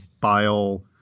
bile